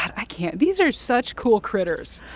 i can't these are such cool critters.